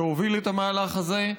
שהוביל את המהלך הזה.